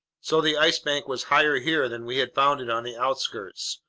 so the ice bank was higher here than we had found it on the outskirts.